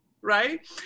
right